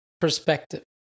perspective